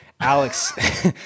Alex